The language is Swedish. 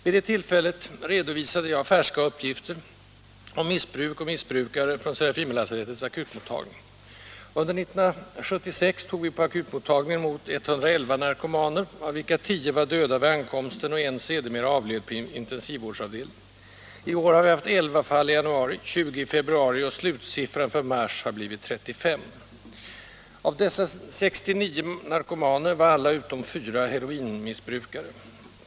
Vid det tillfället redovisade jag färska uppgifter om missbruk och missbrukare från Serafimerlasarettets akutmottagning. Under 1976 tog vi på akutmottagningen emot 111 narkomaner, av vilka 10 var döda vid ankomsten och 1 sedermera avled på intensivvårdsavdelningen. I år har vi haft 11 fall i januari, 20 i februari och slutsiffran för mars har blivit 35. Av dessa 66 narkomaner var alla utom 4 heroinmissbrukare.